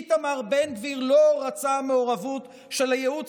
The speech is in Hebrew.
איתמר בן גביר לא רצה מעורבות של הייעוץ